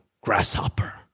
grasshopper